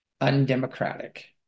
undemocratic